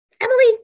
Emily